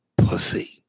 Pussy